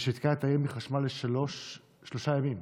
ששיתקה את העיר מחשמל שלושה ימים.